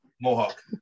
mohawk